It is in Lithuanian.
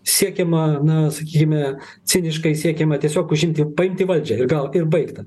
siekiama na sakykime ciniškai siekiama tiesiog užimti paimti valdžią ir gal ir baigta